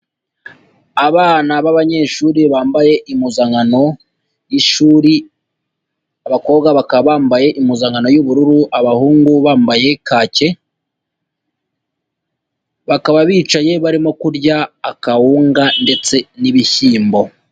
Abana b'abanyeshuri bambaye impuzankano y'ishuri, abakobwa bakaba bambaye impuzankano y'ubururu, abahungu bambaye kake, bakaba bicaye barimo kurya akawunga ndetse n'ibishyimbo.